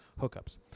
hookups